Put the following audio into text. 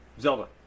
Zelda